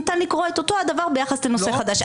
ניתן לקרוא את אותו הדבר ביחס לנושא חדש.